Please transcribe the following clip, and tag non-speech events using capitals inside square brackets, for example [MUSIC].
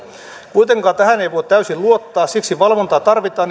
kuitenkaan tähän ei voi täysin luottaa siksi valvontaa tarvitaan [UNINTELLIGIBLE]